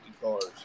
cars